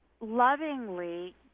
lovingly